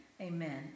amen